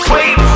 Wait